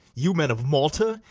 you men of malta?